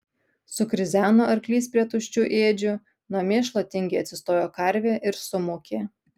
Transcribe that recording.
sukrizeno arklys prie tuščių ėdžių nuo mėšlo tingiai atsistojo karvė ir sumūkė